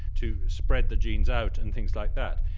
to spread the genes out, and things like that.